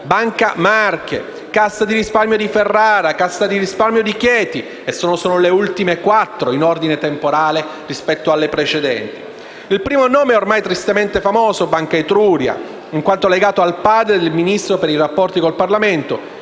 Banca Marche, Cassa di risparmio di Ferrara, Cassa di risparmio di Chieti. E sono solo le ultime quattro in ordine temporale rispetto alle precedenti; il primo nome, Banca Etruria, ormai tristemente famoso, in quanto legato al padre del Ministro per i rapporti con il parlamento,